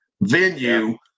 venue